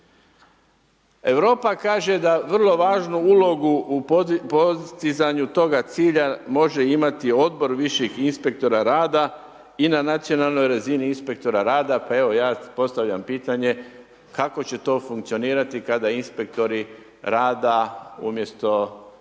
Europa kaže da vrlo važnu ulogu u postizanju toga cilja može imati odbor viših inspektora rada i na nacionalnoj razini inspektora rada, pa evo ja postavljam pitanje. Kako će to funkcionirati kada inspektori rada umjesto